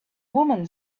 woman